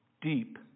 Deep